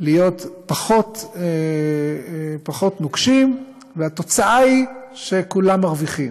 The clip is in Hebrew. להיות פחות נוקשים, והתוצאה היא שכולם מרוויחים.